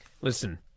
Listen